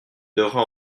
devrais